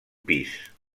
pis